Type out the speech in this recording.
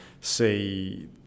see